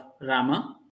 Rama